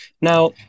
Now